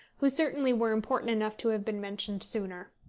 who certainly were important enough to have been mentioned sooner.